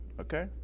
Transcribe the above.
Okay